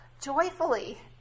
joyfully